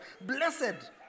Blessed